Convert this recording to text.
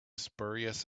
spurious